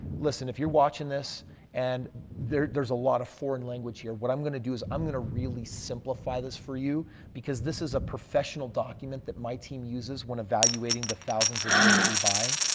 listen. if you're watching this and there's there's a lot of foreign language here. what i'm going to do is i'm going to really simplify this for you because this is a professional document that my team uses when evaluating the thousands of deals that we buy.